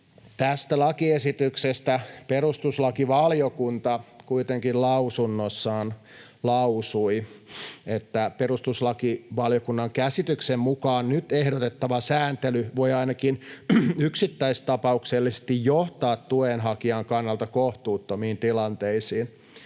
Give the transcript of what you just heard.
tästä lakiesityksestä perustuslakivaliokunta kuitenkin lausunnossaan lausui: ”Perustuslakivaliokunnan käsityksen mukaan nyt ehdotettava sääntely voi ainakin yksittäistapauksellisesti johtaa tuenhakijan kannalta kohtuuttomiin tilanteisiin.